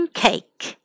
cake